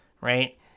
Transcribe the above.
Right